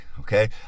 Okay